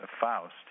Faust